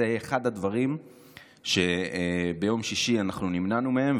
זה היה אחד הדברים שביום שישי אנחנו נמנענו מהם,